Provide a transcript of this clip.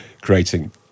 creating